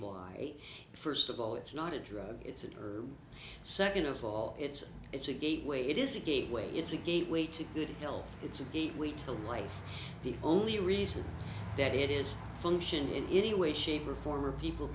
lie first of all it's not a drug it's an herb second of all it's it's a gateway it is a gateway it's a gateway to good health it's a gateway to life the only reason that it is functioning in any way shape or form or people